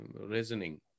reasoning